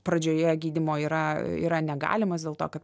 pradžioje gydymo yra yra negalimas dėl to kad